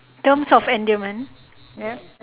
terms of endearment ya